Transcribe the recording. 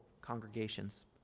congregations